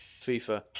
FIFA